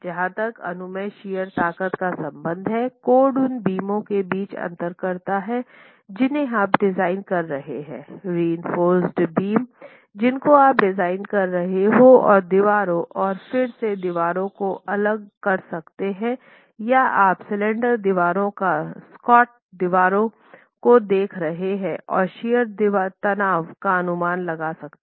जहां तक अनुमेय शियर तनाव का संबंध है कोड उन बीमों के बीच अंतर करता है जिन्हें आप डिज़ाइन कर रहे हैं रिइंफोर्स बीम जिनको आप डिज़ाइन कर रहे हो और दीवारें और फिर से दीवारों को अलग कर सकते हैं या आप स्लेंडर दीवारों या स्क्वाट दीवारों को देख रहे हैं और शियर तनाव का अनुमान लगा सकते हैं